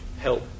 help